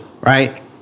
Right